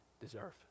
deserve